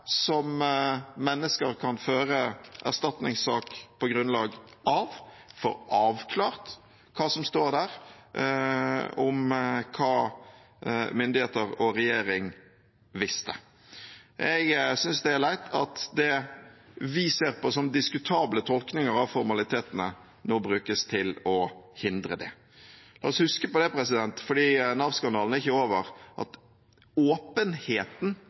som mennesker kan føre erstatningssak på grunnlag av – få avklart hva som står der om hva myndigheter og regjering visste. Jeg synes det er leit at det vi ser på som diskutable tolkninger av formalitetene, nå brukes til å hindre det. Nav-skandalen er ikke over, så la oss huske på